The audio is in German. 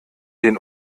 den